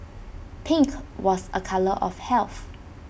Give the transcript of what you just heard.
pink was A colour of health